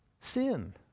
sin